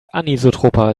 anisotroper